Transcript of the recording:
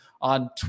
on